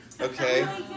Okay